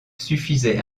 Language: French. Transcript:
suffisait